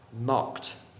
mocked